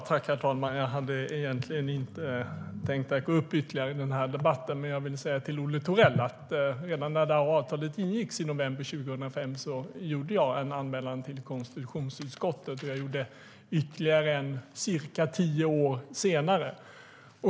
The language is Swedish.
Herr talman! Jag hade egentligen inte tänkt gå upp ytterligare i debatten. Men jag vill säga till Olle Thorell att redan när avtalet ingicks i november 2005 gjorde jag en anmälan till konstitutionsutskottet. Jag gjorde ytterligare en cirka tio år senare.